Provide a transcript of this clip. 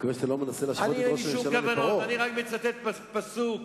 אין לי שום כוונות, אני רק מצטט פסוק.